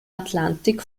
atlantik